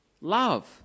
love